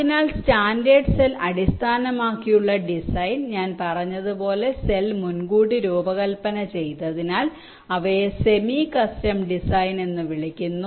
അതിനാൽ standard cell അടിസ്ഥാനമാക്കിയുള്ള design ഞാൻ പറഞ്ഞതുപോലെ സെൽ മുൻകൂട്ടി രൂപകൽപ്പന ചെയ്തതിനാൽ അവയെ സെമി കസ്റ്റം ഡിസൈൻ എന്ന് വിളിക്കുന്നു